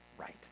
right